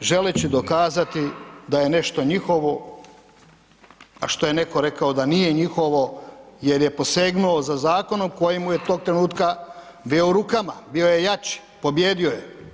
želeći dokazati da je nešto njihovo, a što je netko rekao da nije njihovo jer je posegnuo za zakonom koji mu je tog trenutka bio u rukama, bio je jači, pobijedio je.